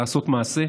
לעשות מעשה.